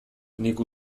nik